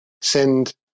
send